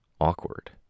Awkward